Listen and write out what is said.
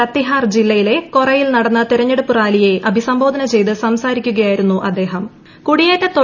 കത്തിഹാർ ജില്ലയിലെ കൊറയിൽ നടന്ന ബിഹാറിലെ തിരഞ്ഞെടുപ്പ് റാലി്യെ അഭിസംബോധന ചെയ്ത് സംസാരിക്കുകയായിരുന്നു കുടിയേറ്റ അദ്ദേഹം